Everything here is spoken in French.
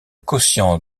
quotient